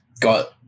got